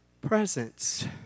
presence